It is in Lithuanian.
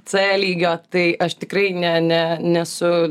c lygio tai aš tikrai ne ne nesu